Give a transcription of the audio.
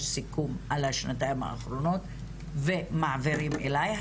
סיכום על השנתיים האחרונות ומעבירים אליי.